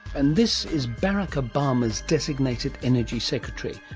and this is barack obama's designated energy secretary,